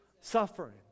Suffering